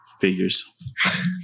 Figures